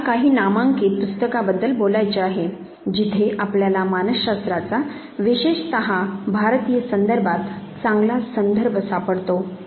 मला काही नामांकित पुस्तकाबद्दल बोलायचे आहे जिथे आपल्याला मानस शास्त्राचा विशेषतः भारतीय संदर्भात चांगला संदर्भ सापडतो